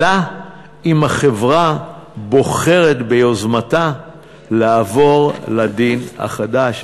אלא אם החברה בוחרת ביוזמתה לעבור לדין החדש,